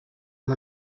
amb